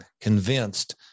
convinced